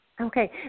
Okay